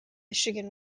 michigan